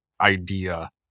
idea